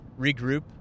regroup